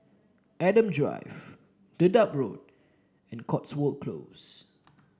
Adam Drive Dedap Road and Cotswold Close